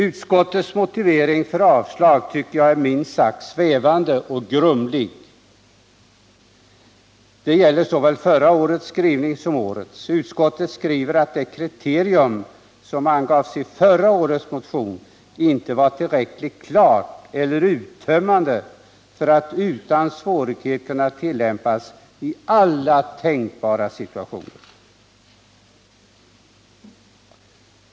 Utskottets motivering för avslag tycker jag är minst sagt svävande och grumlig, Detta gäller såväl förra årets skrivning som årets. Utskottet skriver att det kriterium som angavs i förra årets motion inte var tillräckligt klart eller uttömmande för att utan svårighet kunna tillämpas i alla tänkbara situationer.